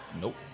Nope